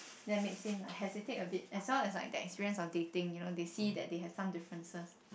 that makes him hesitate a bit as well as the experience of dating they see that they have some differences